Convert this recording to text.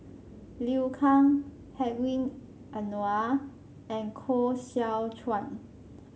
Liu Kang Hedwig Anuar and Koh Seow Chuan